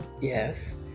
yes